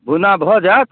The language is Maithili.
भुन्ना भऽ जायत